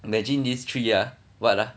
imagine these three ah what lah